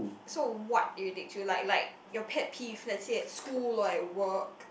so what irritates you like like your pet peeve let's say at school or at work